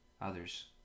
others